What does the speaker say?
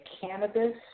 cannabis